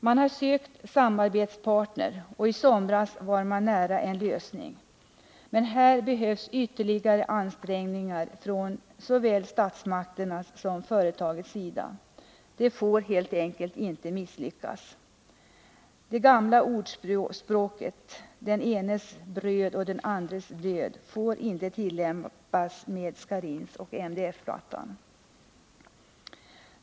Man har sökt samarbetspartner, och i somras var man nära en lösning. Men här behövs ytterligare ansträngningar från såväl statsmakternas som företagets sida. Det får helt enkelt inte misslyckas. Det gamla ordspråket om ”den enes bröd och den andres död” får inte tillämpas på Scharins och MDF-plattan.